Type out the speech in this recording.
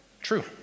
true